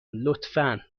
لطفا